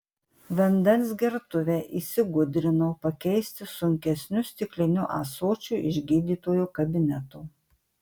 vandens gertuvę įsigudrinau pakeisti sunkesniu stikliniu ąsočiu iš gydytojo kabineto